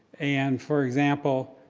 and for example,